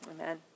Amen